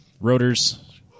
rotors